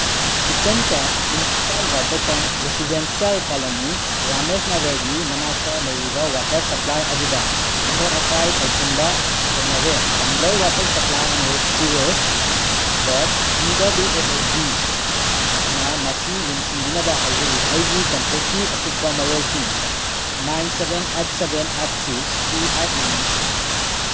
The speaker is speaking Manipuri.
kitchen tap municipal water tank residential colony ꯔꯥꯃꯦꯁꯅꯒꯔꯒꯤ ꯃꯅꯥꯛꯇ ꯂꯩꯔꯤꯕ ꯋꯥꯇꯔ ꯁꯄ꯭ꯂꯥꯏ ꯑꯗꯨꯗ ꯑꯃꯣꯠ ꯇꯧꯁꯤꯟꯕ ꯊꯦꯡꯅꯔꯦ ꯕꯦꯡꯒ꯭ꯂꯣꯔ ꯋꯥꯇꯔ ꯁꯄ꯭ꯂꯥꯏ ꯑꯦꯟ ꯁꯤꯋꯦꯁ board B W S S ꯕꯤꯅ ꯃꯁꯤ ꯌꯦꯡꯁꯤꯟꯕꯤꯅꯕ ꯍꯥꯏꯖꯔꯤ ꯑꯩꯒꯤ ꯀꯟꯇꯦꯛꯀꯤ ꯑꯀꯨꯞꯄ ꯃꯔꯣꯜꯁꯤꯡ nine seven eight seven eight six two eight nine